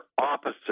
opposite